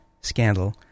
scandal